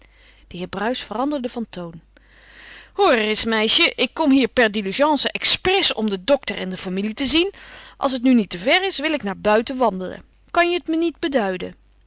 de heer bruis veranderde van toon hoor reis meisje ik kom hier per diligence expres om den dokter en de familie te zien als t nu niet te ver is wil ik wel naar buiten wandelen kanje t me niet beduiden